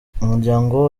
umuryango